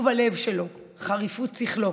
טוב הלב שלו, חריפות שכלו